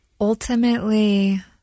Ultimately